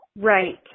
right